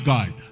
God